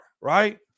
right